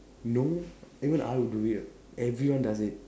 no even I will do it everyone does it